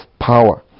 power